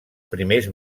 primers